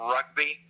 Rugby